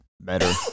better